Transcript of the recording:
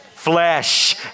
Flesh